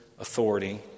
authority